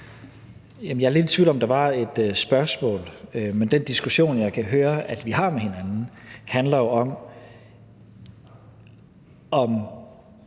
Jeg er lidt i tvivl om, om der var et spørgsmål, men den diskussion, jeg kan høre at vi har med hinanden, handler jo om, om